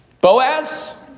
Boaz